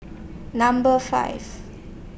Number five